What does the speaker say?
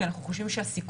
כי אנחנו חושבים שהסיכון